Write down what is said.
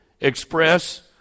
Express